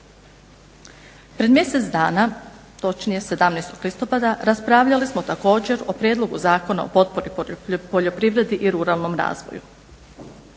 Pred mjesec dana točnije 17. listopada raspravljali smo također o Prijedlogu zakona o potpori poljoprivredi i ruralnom razvoju.